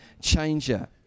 changer